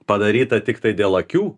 padaryta tiktai dėl akių